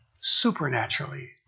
supernaturally